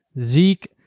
Zeke